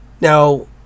Now